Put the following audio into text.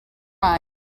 eye